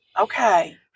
okay